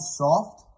soft